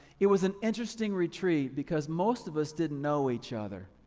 it was an interesting retreat, because most of us didn't know each other.